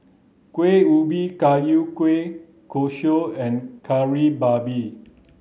Kuih Ubi Kayu Kueh Kosui and Kari Babi